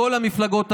מכל המפלגות השונות.